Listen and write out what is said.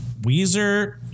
Weezer